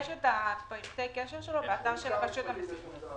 יש את פרטי הקשר שלו באתר של רשות המיסים.